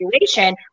situation